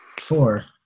Four